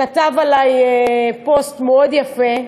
כתב עלי פוסט מאוד יפה,